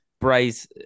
Bryce